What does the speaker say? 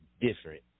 different